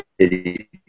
city